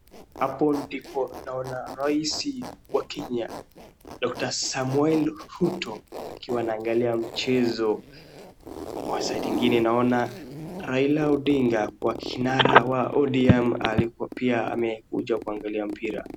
Hapo ndipo naona raisi wa Kenya, Doctor Samuel Ruto akiwa anaangalia mchezo. Kwa side ingine naona Raila Odinga, wa kinara wa ODM alikuwa pia amekuja kuangalia mpira.